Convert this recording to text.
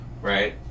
right